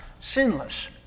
sinless